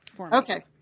Okay